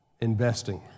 investing